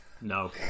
No